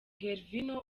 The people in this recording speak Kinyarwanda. gervinho